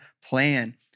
plan